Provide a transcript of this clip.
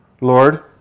Lord